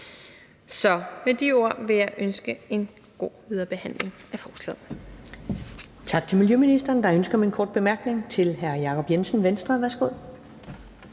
Så med de ord vil jeg ønske en god viderebehandling af forslaget.